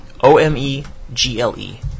o-m-e-g-l-e